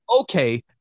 okay